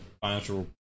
financial